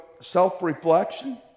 self-reflection